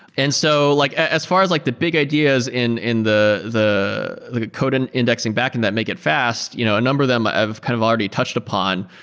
and so like as far as like the big ideas in in the the code and indexing backend that make it fast, you know a number of them i've kind of already touched upon.